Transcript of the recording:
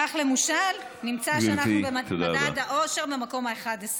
תסתכלי על השדות